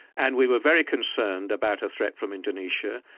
and we were very concerned about a threat from indonesia,